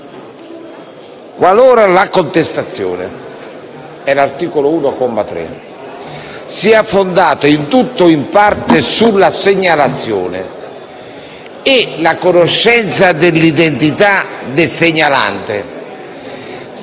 Qualora la contestazione sia fondata, in tutto o in parte, sulla segnalazione e la conoscenza dell'identità del segnalante